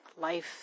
Life